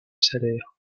salaire